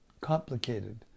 complicated